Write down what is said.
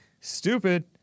Stupid